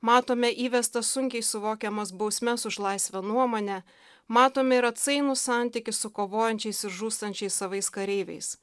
matome įvestas sunkiai suvokiamas bausmes už laisvą nuomonę matome ir atsainų santykį su kovojančiais ir žūstančiais savais kareiviais